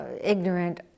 ignorant